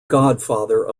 godfather